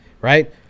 right